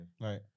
Right